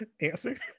Answer